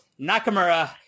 Nakamura